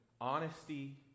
honesty